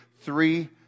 three